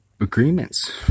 agreements